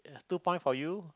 two point for you